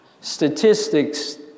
Statistics